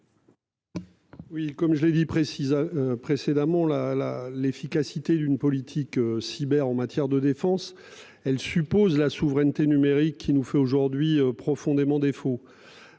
Oui comme je l'ai dit précise précédemment la la l'efficacité d'une politique cyber en matière de défense, elle suppose la souveraineté numérique qui nous fait aujourd'hui profondément défaut.